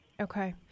Okay